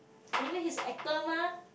anyways he's a actor mah